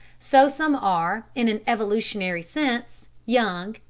so some are, in an evolutionary sense, young,